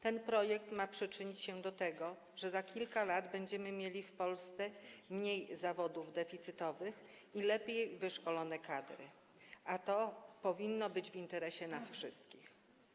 Ten projekt ma przyczynić się do tego, że za kilka lat będziemy mieli w Polsce mniej zawodów deficytowych i lepiej wyszkolone kadry, a to powinno być w interesie nas wszystkich.